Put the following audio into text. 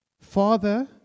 Father